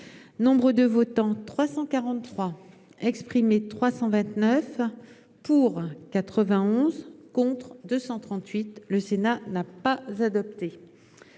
nombre de votants 343 exprimés 329 pour 91 contre 238, le Sénat n'a pas adopté